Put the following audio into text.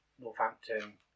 Northampton